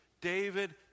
David